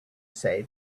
say